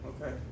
okay